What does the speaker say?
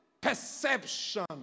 perception